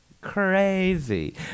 Crazy